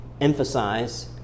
Emphasize